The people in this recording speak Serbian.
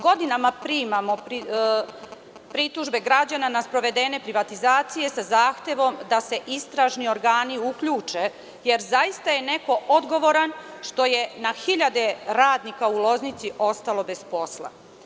Godinama primamo pritužbe građana na sprovedene privatizacije sa zahtevom da se istražni organi uključe, jer neko je odgovoran što je na hiljade radnika u Loznici ostalo bez posla.